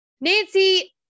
Nancy